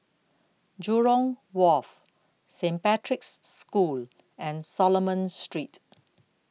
Jurong Wharf Saint Patrick's School and Solomon Street